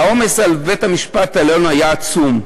העומס על בית-המשפט העליון אז היה עצום,